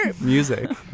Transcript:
music